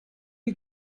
you